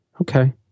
Okay